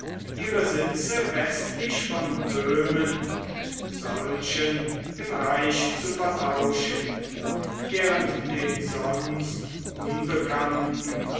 ihre sitze westlich von böhmen mit solchen im reich zu vertauschen während den sonst unbekannten